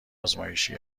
ازمایشی